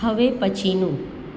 હવે પછીનું